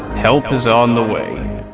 help is on the way.